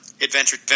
Adventure